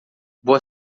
boa